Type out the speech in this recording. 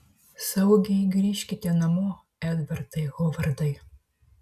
saugiai grįžkite namo edvardai hovardai